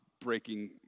breaking